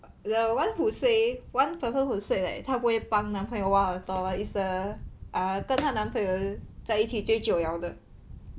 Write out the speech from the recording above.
the [one] who say one person who said like 他不会帮男朋友挖耳朵 is the err 跟他男朋友在一起最久了的